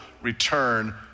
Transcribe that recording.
return